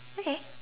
okay